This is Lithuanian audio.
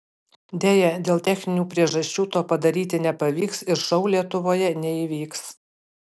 deja dėl techninių priežasčių to padaryti nepavyks ir šou lietuvoje neįvyks